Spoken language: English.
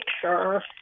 sure